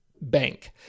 bank